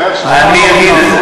הזה אומר, אני אגיד את זה.